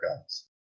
guns